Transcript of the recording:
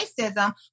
racism